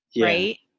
right